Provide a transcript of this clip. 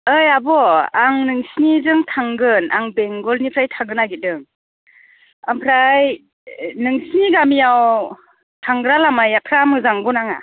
ओइ आब' आं नोंसोरनिजों थांगोन आं बेंगलनिफ्राय थांनो नागिरदों ओमफ्राय नोंसोरनि गामियाव थांग्रा लामाफोरा मोजां नंगौना नङा